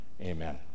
amen